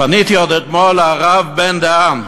פניתי עוד אתמול לרב בן-דהן,